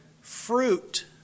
fruit